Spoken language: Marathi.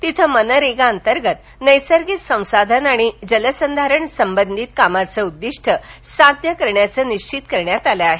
तिथं मनरेगा अंतर्गत नैसर्गिक संसाधन आणि जलसंधारण संबंधित कामांचं उद्दिष्ट्य साध्य करण्याचं निश्वित करण्यात आल आहे